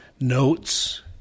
notes